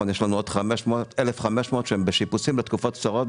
ויש לנו עוד 1,500 שנמצאים בשיפוצים בתקופות קצרות,